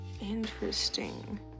Interesting